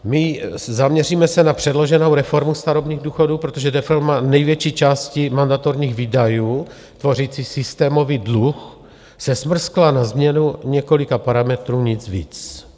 My, zaměříme se na předloženou reformu starobních důchodů, protože reforma největší části mandatorních výdajů tvořící systémový dluh se smrskla na změnu několika parametrů, nic víc.